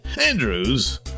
Andrews